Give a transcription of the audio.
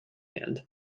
hand